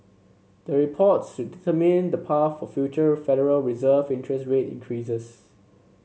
the reports should determine the path for future Federal Reserve interest rate increases